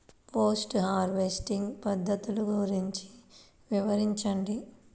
Post harvesting పద్ధతులు గురించి వివరించండి?